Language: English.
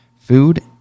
food